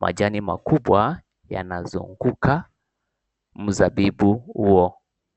Majani makubwa yanazunguka mzabibu huo.